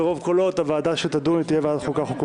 ברוב קולות הוועדה שתדון תהיה ועדת החוקה, חוק